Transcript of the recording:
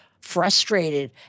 frustrated